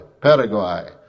Paraguay